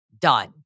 done